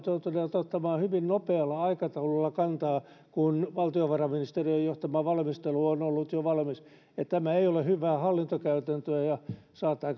joutuneet ottamaan hyvin nopealla aikataululla kantaa kun valtiovarainministeriön johtama valmistelu on ollut jo valmis tämä ei ole hyvää hallintokäytäntöä ja saattaa